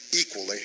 equally